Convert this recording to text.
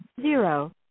Zero